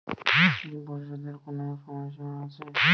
ঋণ পরিশোধের কোনো সময় সীমা আছে?